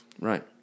Right